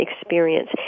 experience